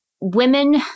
women